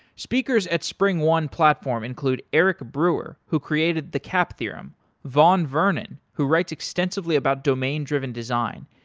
speakers at springone platform include eric brewer, who created the cap theorem vaughn vernon, who writes extensively about domain-driven design,